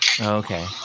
Okay